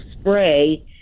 spray